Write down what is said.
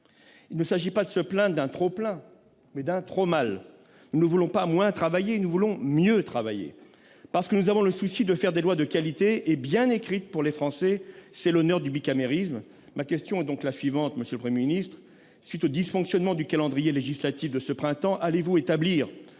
nous plaignons non pas d'un trop-plein, mais d'un « trop mal ». Nous ne voulons pas moins travailler ; nous voulons mieux travailler, parce que nous avons le souci de faire des lois de qualité et bien écrites pour les Français : c'est l'honneur du bicamérisme. Monsieur le Premier ministre, après les dysfonctionnements du calendrier législatif de ce printemps, allez-vous établir